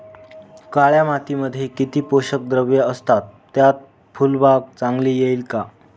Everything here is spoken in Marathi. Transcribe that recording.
काळ्या मातीमध्ये किती पोषक द्रव्ये असतात, त्यात फुलबाग चांगली येईल का?